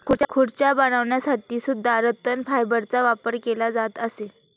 खुर्च्या बनवण्यासाठी सुद्धा रतन फायबरचा वापर केला जात असे